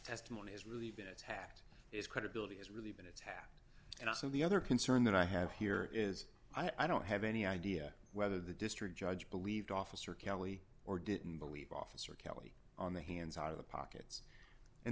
testimony has really been attacked his credibility has really been attacked and also the other concern that i have here is i don't have any idea whether the district judge believed officer kelly or didn't believe officer kelly on the hands out of the pockets and